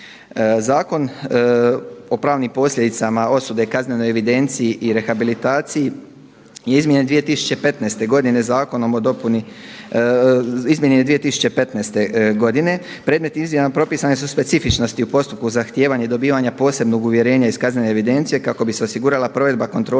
Zakon o pravnim posljedicama osude, kaznenoj evidenciji i rehabilitaciji je izmijenjen 2015. godine zakonom o dopuni, izmijenjen je 2015. godine. Predmetnim izmjenama propisane su specifičnosti u postupku zahtijevanja i dobivanja posebnog uvjerenja iz kaznene evidencije kako bi se osigurala provedba kontrole